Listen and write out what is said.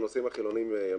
והנוסעים החילונים ימשיכו.